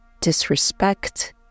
disrespect